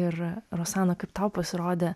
ir rosana kaip tau pasirodė